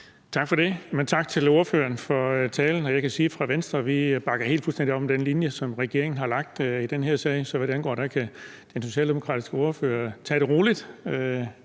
Tak for det, og tak til ordføreren for talen. Jeg kan fra Venstres side sige, at vi bakker fuldstændig op om den linje, som regeringen har lagt i den her sag. Så hvad det angår, kan den socialdemokratiske ordfører tage det roligt.